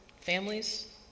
families